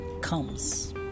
comes